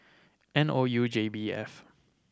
N O U J B F